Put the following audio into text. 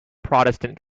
protestant